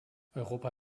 europa